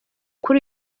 kuri